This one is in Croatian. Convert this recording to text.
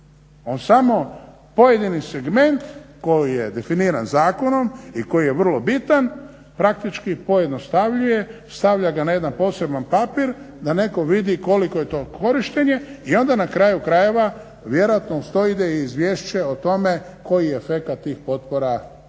On samo pojedini segment koji je definiran zakonom i koji je vrlo bitan praktički pojednostavljuje, stavlja ga na jedan poseban papir da netko vidi koliko je to korištenje i onda na kraju krajeva vjerojatno uz to ide i izvješće o tome koji je efekat tih potpora bio